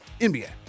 NBA